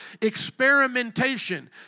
experimentation